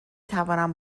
توانم